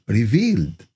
revealed